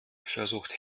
versucht